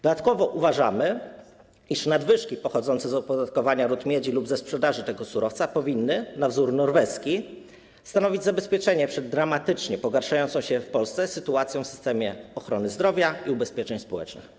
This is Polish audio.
Dodatkowo uważamy, iż nadwyżki pochodzące z opodatkowania rud miedzi lub ze sprzedaży tego surowca powinny na wzór norweski stanowić zabezpieczenie przed dramatycznie pogarszającą się w Polsce sytuacją w systemie ochrony zdrowia i ubezpieczeń społecznych.